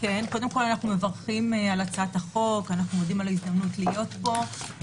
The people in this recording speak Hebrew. קודם כול אנחנו מברכים על הצעת החוק ומודים על ההזדמנות להיות פה.